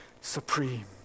supreme